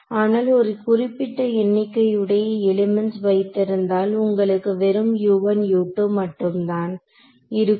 ஆனால் ஒரு குறிப்பிட்ட எண்ணிக்கையுடைய எலிமென்ட்ஸ் வைத்திருந்தால் உங்களுக்கு வெறும் மட்டும்தான் இருக்கும்